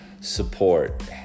Support